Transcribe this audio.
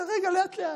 רגע, רגע, לאט-לאט.